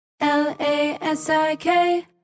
L-A-S-I-K